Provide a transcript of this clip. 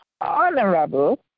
honorable